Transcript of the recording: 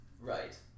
Right